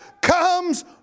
comes